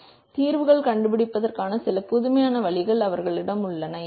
எனவே தீர்வுகளை கண்டுபிடிப்பதற்கான சில புதுமையான வழிகள் அவர்களிடம் உள்ளன